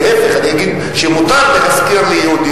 להיפך, אני אגיד שמותר להשכיר ליהודים.